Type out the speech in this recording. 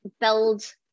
build